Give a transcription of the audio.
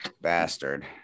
bastard